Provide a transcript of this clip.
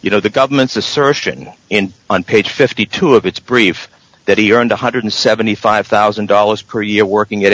you know the government's assertion in on page fifty two dollars of its brief that he earned one hundred and seventy five thousand dollars per year working at